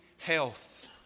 health